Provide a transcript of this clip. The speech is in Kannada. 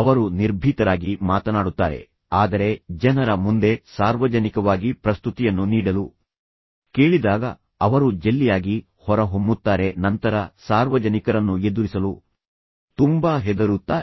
ಅವರು ನಿರ್ಭೀತರಾಗಿ ಮಾತನಾಡುತ್ತಾರೆ ಆದರೆ ಜನರ ಮುಂದೆ ಸಾರ್ವಜನಿಕವಾಗಿ ಪ್ರಸ್ತುತಿಯನ್ನು ನೀಡಲು ಕೇಳಿದಾಗ ಅವರು ಜೆಲ್ಲಿಯಾಗಿ ಹೊರಹೊಮ್ಮುತ್ತಾರೆ ನಂತರ ಸಾರ್ವಜನಿಕರನ್ನು ಎದುರಿಸಲು ತುಂಬಾ ಹೆದರುತ್ತಾರೆ